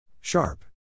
Sharp